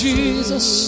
Jesus